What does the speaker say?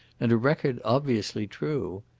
and a record obviously true.